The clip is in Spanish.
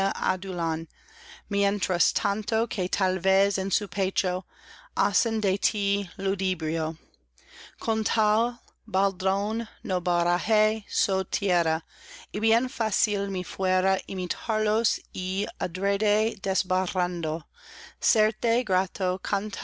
mientras tanto que tal vez en su pecho hacen de tí ludibrio con tal baldón no bajaré so tierra y bien fácil me fuera imitarlos y adrede